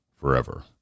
forever